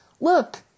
Look